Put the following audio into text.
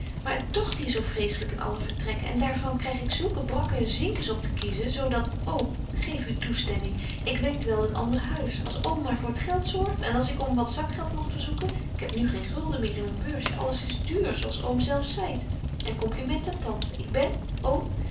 maar het tocht hier zo vreeselyk in alle vertrekken en daar van kryg ik zulke brakke zinkens op de kiezen zo dat oom geef uw toestemming ik weet wel een ander huis als oom maar voor t geld zorgt en als ik om wat zakgeld mogt verzoeken ik heb nu geen gulden meer in myn beursje alles is duur zo als oom zelf zeit myn compliment aan tante ik ben oom